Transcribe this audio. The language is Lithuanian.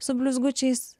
su blizgučiais